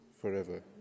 forever